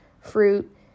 fruit